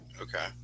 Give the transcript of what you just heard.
Okay